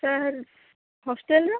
sir ହଷ୍ଟେଲ୍ର